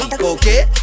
Okay